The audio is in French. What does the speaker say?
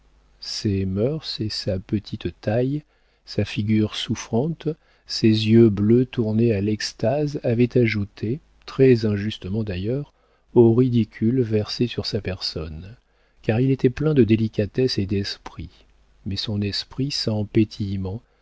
ces mœurs et sa petite taille sa figure souffrante ses yeux bleus tournés à l'extase avaient ajouté très injustement d'ailleurs au ridicule versé sur sa personne car il était plein de délicatesse et d'esprit mais son esprit sans petillement